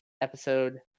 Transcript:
episode